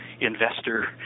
investor